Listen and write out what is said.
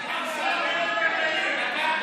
להצביע,